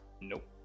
Nope